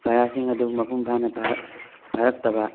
ꯄꯔꯥꯁꯤꯡ ꯑꯗꯨ ꯃꯄꯨꯡ ꯐꯥꯅ ꯐꯥꯔꯛ ꯐꯥꯔꯛꯇꯕ